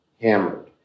hammered